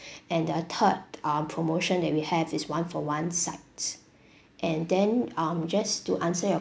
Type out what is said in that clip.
and the third uh promotion that we have is one for one sides and then um just to answer your